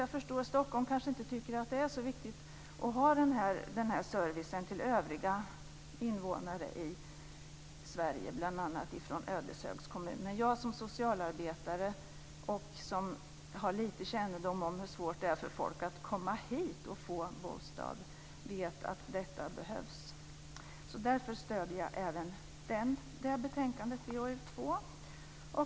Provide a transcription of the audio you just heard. Jag förstår att Stockholm kanske inte tycker att det är så viktigt att ha den här servicen till övriga invånare i Sverige, bl.a. i Ödeshögs kommun. Men jag som socialarbetare som har lite kännedom om hur svårt det är för folk att komma hit och få bostad vet att detta behövs. Därför stöder jag även det här betänkandet. Det är ju två betänkanden.